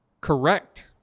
correct